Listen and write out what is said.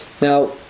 Now